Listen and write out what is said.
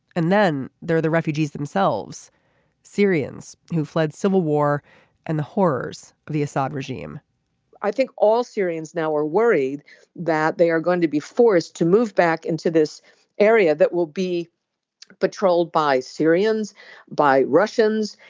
and then there are the refugees themselves syrians who fled civil war and the horrors of the assad regime i think all syrians now are worried that they are going to be forced to move back into this area that will be patrolled by syrians by russians.